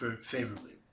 favorably